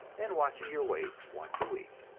and watching your weight once a week.